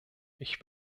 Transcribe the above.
ich